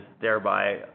thereby